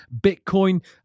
Bitcoin